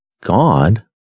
God